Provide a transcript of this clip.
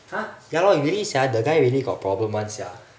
!huh! ya lor really sia the guy really got problem [one] sia